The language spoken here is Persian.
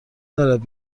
دارد